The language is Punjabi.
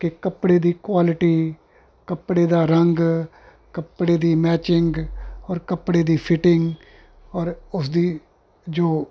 ਕਿ ਕੱਪੜੇ ਦੀ ਕੁਆਲਿਟੀ ਕੱਪੜੇ ਦਾ ਰੰਗ ਕੱਪੜੇ ਦੀ ਮੈਚਿੰਗ ਔਰ ਕੱਪੜੇ ਦੀ ਫਿਟਿੰਗ ਔਰ ਉਸਦੀ ਜੋ